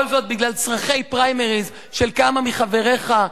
כל זאת בגלל צורכי פריימריס של כמה מחבריך,